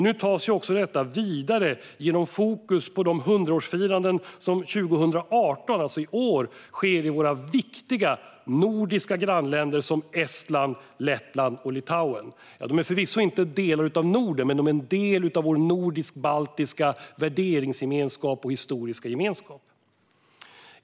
Nu tas ju också detta vidare genom fokus på de 100-årsfiranden som 2018, alltså i år, sker i våra viktiga nordiska grannländer Estland, Lettland och Litauen. De är förvisso inte delar av Norden, men de är del av vår nordisk-baltiska värderingsgemenskap och historiska gemenskap.